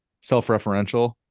self-referential